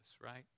right